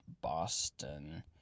Boston